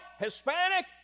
Hispanic